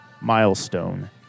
milestone